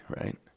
right